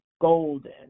Golden